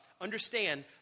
understand